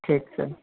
ઠીક છે